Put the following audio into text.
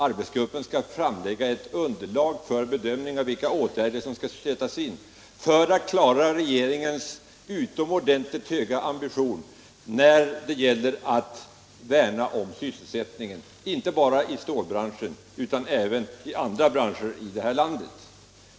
Arbetsgruppen skall framlägga ett underlag för bedömningen av vilka åtgärder som skall sättas in för att klara regeringens utomordentligt höga ambition när det gäller att värna om sysselsättningen i stålbranschen. Denna ambition gäller även för andra branscher här i landet.